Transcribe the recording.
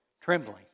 Trembling